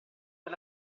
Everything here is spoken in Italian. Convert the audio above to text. per